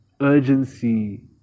urgency